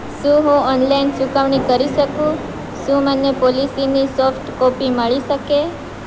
શું હું ઓનલાઈન ચૂકવણી કરી શકું શું મને પોલિસીની સોફ્ટ કોપી મળી શકે